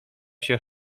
się